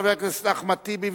חבר הכנסת אחמד טיבי,